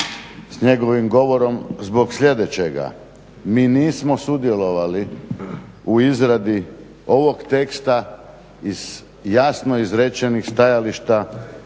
s njegovim govorom zbog sljedećega. Mi nismo sudjelovali u izradi ovog teksta iz jasno izrečenih stajališta